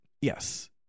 yes